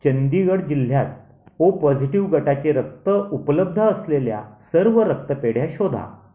चंडीगढ जिल्ह्यात O positive गटाचे रक्त उपलब्ध असलेल्या सर्व रक्तपेढ्या शोधा